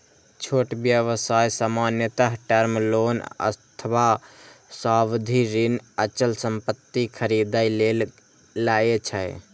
छोट व्यवसाय सामान्यतः टर्म लोन अथवा सावधि ऋण अचल संपत्ति खरीदै लेल लए छै